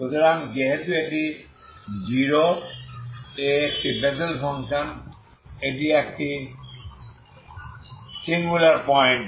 সুতরাং যেহেতু এটি 0 এ একটি বেসেল ফাংশন এটি এটি সিঙ্গুলার পয়েন্ট